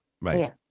Right